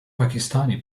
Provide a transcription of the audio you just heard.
pakistani